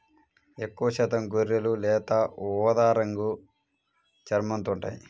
ఎక్కువశాతం గొర్రెలు లేత ఊదా రంగు చర్మంతో ఉంటాయి